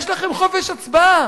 יש לכם חופש הצבעה.